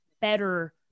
better